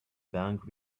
bank